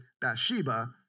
Bathsheba